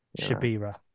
Shabira